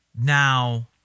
Now